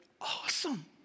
Awesome